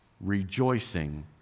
Rejoicing